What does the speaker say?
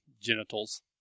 genitals